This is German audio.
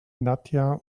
nadja